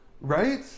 Right